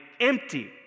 empty